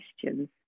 questions